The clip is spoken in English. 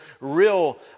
real